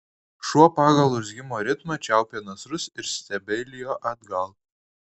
šuo pagal urzgimo ritmą čiaupė nasrus ir stebeilijo atgal